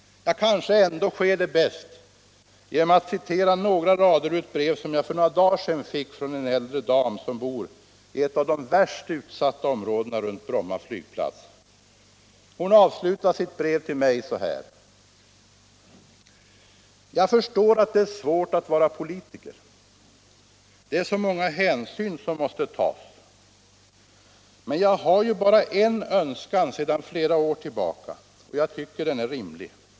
Kanske sker det bäst genom att citera några rader ur ett brev som jag för några dagar sedan fick från en äldre dam, som bor i ett av de värst utsatta områdena runt Bromma flygplats. Hon avslutar sitt brev så här: ”Jag förstår att det är svårt att vara politiker. Det är så många hänsyn som måste tas. Men jag har ju bara en önskan sedan Nera år tillbaka och jag tycker den är rimlig.